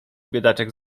biedaczek